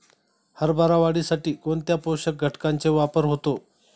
हरभरा वाढीसाठी कोणत्या पोषक घटकांचे वापर होतो?